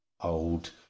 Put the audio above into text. Old